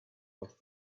what